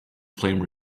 flame